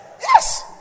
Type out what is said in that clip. Yes